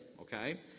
okay